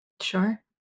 Sure